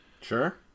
Sure